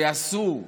שיעשו.